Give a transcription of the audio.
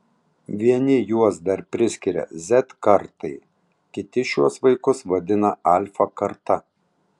vieni juos dar priskiria z kartai kiti šiuos vaikus vadina alfa karta